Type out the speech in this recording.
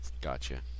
Gotcha